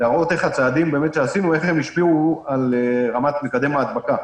להראות איך הצעדים שעשינו השפיעו על רמת מקדם ההדבקה.